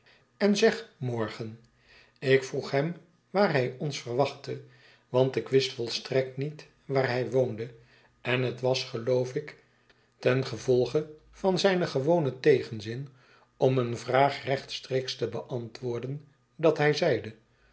en zeg morgen ik vroeg hem waar hij ons verwachtte want ik wist volstrekt niet waar hij woonde en het was geloof ik ten gevojge van zijn gewonen tegenzin om eene vraag rechtstreeks te beantwoorden dat hij zeide